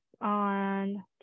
on